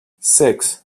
six